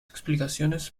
explicaciones